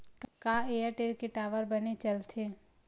का एयरटेल के टावर बने चलथे?